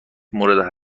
مورد